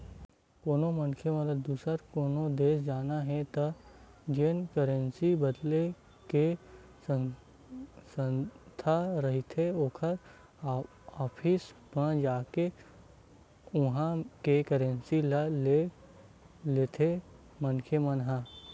कोनो मनखे ल दुसर कोनो देस जाना हे त जेन करेंसी बदले के संस्था रहिथे ओखर ऑफिस म जाके उहाँ के करेंसी ल ले लेथे मनखे मन ह